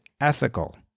ethical